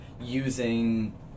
using